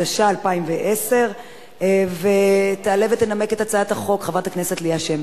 התשע"א 2010. תעלה ותנמק את הצעת החוק חברת הכנסת ליה שמטוב,